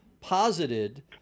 posited